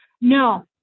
No